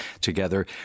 together